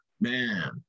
Man